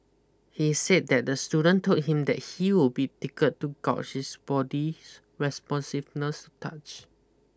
he said that the student told him that he will be tickled to gauge his body's responsiveness touch